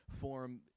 form